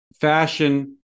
fashion